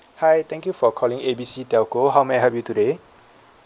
hi thank you for calling A B C telco how may I help you today